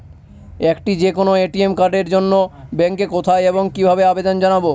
একটি যে কোনো এ.টি.এম কার্ডের জন্য ব্যাংকে কোথায় এবং কিভাবে আবেদন জানাব?